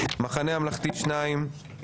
המחנה הממלכתי שניים,